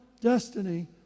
destiny